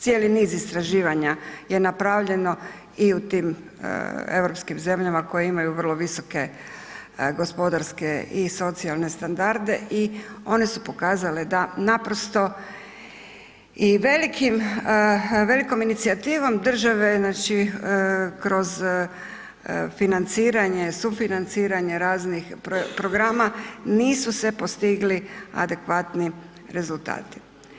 Cijeni niz istraživanja je napravljeno i u tim europskim zemljama koje imaju vrlo visoke gospodarske i socijalne standarde i one su pokazale da naprosto i velikim, velikom inicijativom države znači kroz financiranje, sufinanciranje raznih programa nisu se postigli adekvatni rezultati.